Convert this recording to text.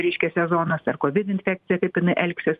reiškia sezonas ar kovid infekcija kaip inai elgsis